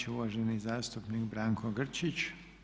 će uvaženi zastupnik Branko Grčić.